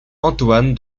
antoine